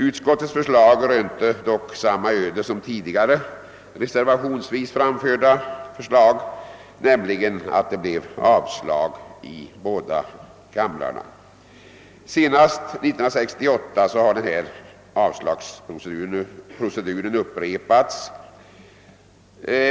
Utskottets förslag rönte dock samma öde som tidigare reservationsvis framförda förslag, nämligen att det blev avslag i båda kamrarna. Senast 1968 har avslagsproceduren upprepats.